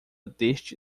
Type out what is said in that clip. deste